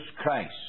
Christ